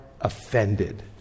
offended